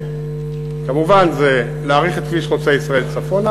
כמובן זה להאריך את כביש חוצה-ישראל צפונה